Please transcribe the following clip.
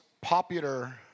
popular